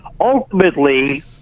ultimately